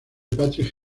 patrick